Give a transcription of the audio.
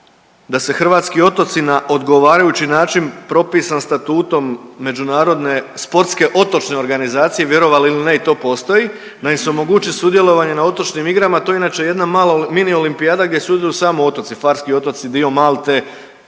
da se hrvatski otoci na odgovarajući način propisa Statutom međunarodne sportske otočne organizacije, vjerovali ili ne i to postoji, da im se omogući sudjelovanje na otočnim igrama, to je inače jedna malo, mini olimpijada gdje sudjeluju samo otoci Farski otoci, dio Malte,